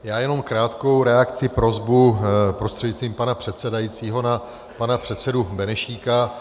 Já jenom krátkou reakci, prosbu prostřednictvím pana předsedajícího na pana předsedu Benešíka.